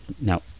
now